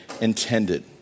intended